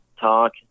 talk